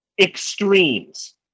extremes